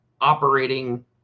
operating